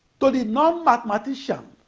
to the non-mathematician,